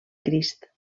crist